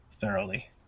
thoroughly